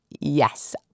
Yes